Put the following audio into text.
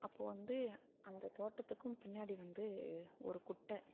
அப்போ வந்து அந்த தோட்டத்துக்கும் பின்னாடி வந்து ஒரு குட்டை